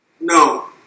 No